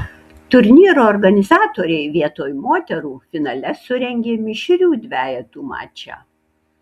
turnyro organizatoriai vietoj moterų finale surengė mišrių dvejetų mačą